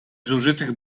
zużytych